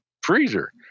freezer